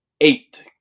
eight